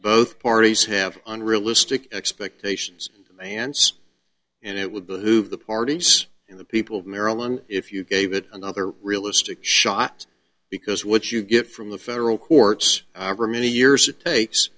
both parties have unrealistic expectations hands and it would behoove the parties and the people of maryland if you gave it another realistic shot because what you get from the federal courts over many years it takes